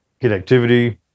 connectivity